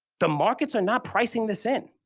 the markets are not pricing this in.